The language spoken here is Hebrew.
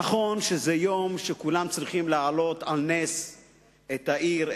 נכון שזה יום שכולם צריכים להעלות על נס את העיר,